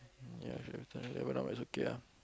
ya but now it's okay ah